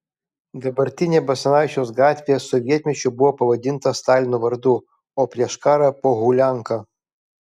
dabartinė basanavičiaus gatvė sovietmečiu buvo pavadinta stalino vardu o prieš karą pohulianka